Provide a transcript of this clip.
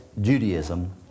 Judaism